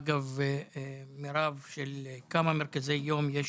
אגב מירב של כמה מרכזי יום יש